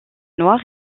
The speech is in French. noir